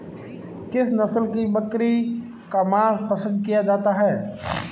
किस नस्ल की बकरी का मांस पसंद किया जाता है?